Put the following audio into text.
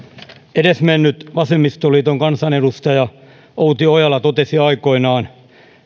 edesmennyt vasemmistoliiton kansanedustaja outi ojala totesi aikoinaan